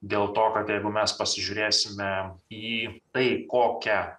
dėl to kad jeigu mes pasižiūrėsime į tai kokią